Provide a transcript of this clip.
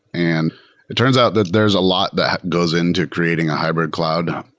and it turns out that there's a lot that goes into creating a hybrid cloud.